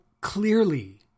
clearly